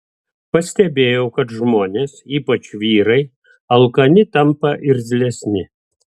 pastebėjau kad žmonės ypač vyrai alkani tampa irzlesni